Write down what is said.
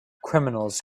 criminals